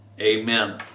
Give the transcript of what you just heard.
Amen